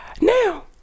Now